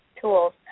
tools